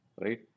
Right